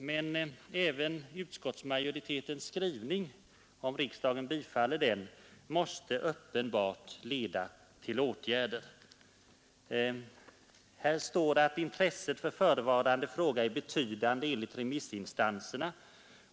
Men även utskottsmajoritetens skrivning, om riksdagen bifaller den, måste uppenbart leda till åtgärder. Här står att intresset för förevarande fråga är betydande enligt remissinstanserna.